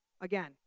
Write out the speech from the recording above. again